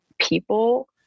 people